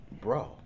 Bro